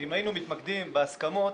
שאם היינו מתמקדים בהסכמות